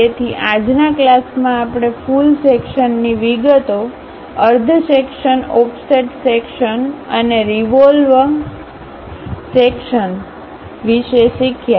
તેથી આજના ક્લાસમાં આપણે ફુલ સેક્શન્ની વિગતો અર્ધ સેક્શન્ ઓફસેટ સેક્શન્ અને રીવોલવ સેક્શન્સ વિશે શીખ્યા